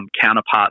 counterparts